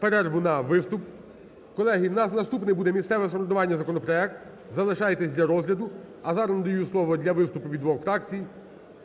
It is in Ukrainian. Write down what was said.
перерву на виступ. Колеги, в нас наступний буде місцевого самоврядування законопроект, залишайтесь для розгляду. А зараз надаю слово для виступу від двох фракцій